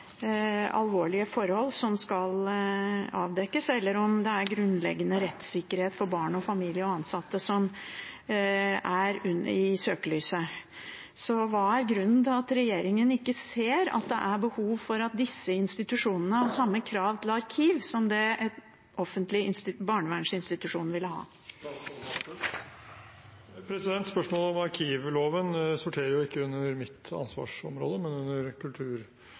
alvorlige forhold som skal avdekkes, eller det er grunnleggende rettssikkerhet for barn og familie og ansatte som er i søkelyset. Hva er grunnen til at regjeringen ikke ser at det er behov for at disse institusjonene har samme krav til arkiv som det en offentlig barnevernsinstitusjon vil ha? Spørsmålet om arkivloven sorterer jo ikke under mitt ansvarsområde, men under